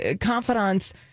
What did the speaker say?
confidants